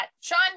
sean